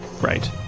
Right